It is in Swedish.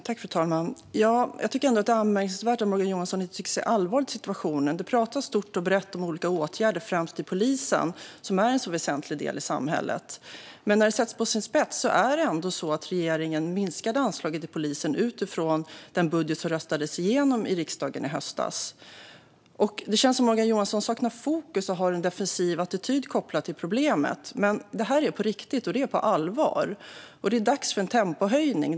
Fru talman! Jag tycker ändå att det är anmärkningsvärt att Morgan Johansson inte tycks se allvaret i situationen. Ministern pratar stort och brett om olika åtgärder främst för polisen, som är en så väsentlig del i samhället, men när det sattes på sin spets minskade regeringen anslaget till polisen utifrån den budget som röstades igenom i riksdagen i höstas. Det känns som om Morgan Johansson saknar fokus och har en defensiv attityd kopplad till problemet, men det är på riktigt och på allvar. Det är dags för en tempohöjning.